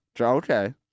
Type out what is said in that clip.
Okay